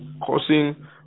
causing